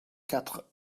quatre